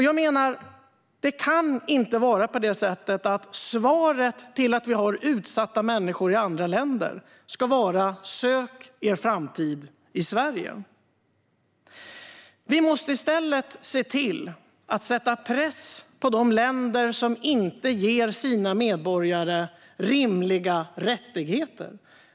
Jag menar att svaret till utsatta människor i andra länder inte kan vara att de ska söka sin framtid i Sverige. Vi måste i stället sätta press på de länder som inte ger sina medborgare rimliga rättigheter.